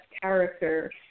character